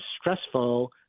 stressful